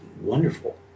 wonderful